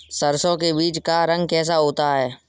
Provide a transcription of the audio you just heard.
सरसों के बीज का रंग कैसा होता है?